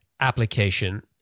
application